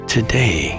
Today